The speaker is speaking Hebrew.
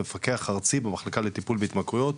מפקח ארצי במחלקה לטיפול בהתמכרויות,